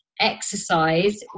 exercise